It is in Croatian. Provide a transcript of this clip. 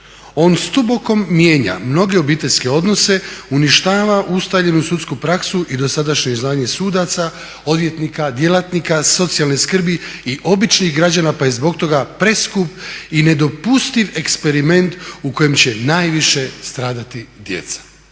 On s dubokom mijenja mnoge obiteljske odnose, uništava ustaljenu sudsku praksu i dosadašnje znanje sudaca, odvjetnika, djelatnika socijalne skrbi i običnih građana, pa je zbog toga preskup i nedopustiv eksperiment u kojem će najviše stradati djeca."